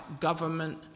government